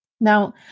Now